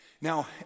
Now